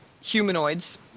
humanoids